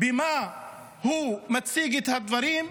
איך הוא מציג את הדברים?